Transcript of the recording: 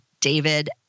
david